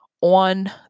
on